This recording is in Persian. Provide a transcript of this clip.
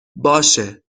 باشه